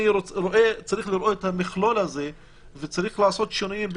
צריך לראות את המכלול הזה וצריך לעשות שינויים.